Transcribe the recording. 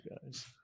guys